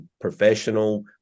professional